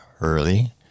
early